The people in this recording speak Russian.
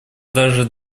даже